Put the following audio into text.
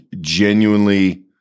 genuinely